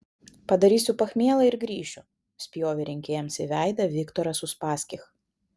padarysiu pachmielą ir grįšiu spjovė rinkėjams į veidą viktoras uspaskich